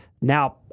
now